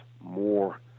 more